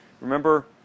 Remember